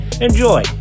enjoy